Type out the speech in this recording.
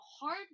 hard